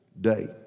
day